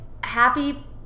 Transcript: happy